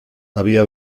había